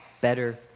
better